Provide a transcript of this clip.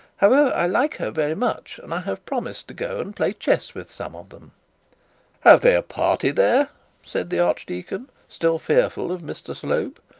however, i like her very much, and i have promised to go and play chess with some of them have they a party there said the archdeacon, still fearful of mr slope.